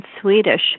Swedish